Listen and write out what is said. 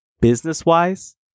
business-wise